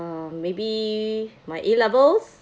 uh maybe my A levels